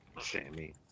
Sammy